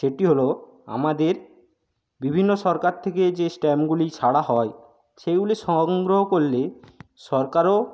সেটি হল আমাদের বিভিন্ন সরকার থেকে যে স্ট্যাম্পগুলি ছাড়া হয় সেগুলি সংগ্রহ করলে সরকারও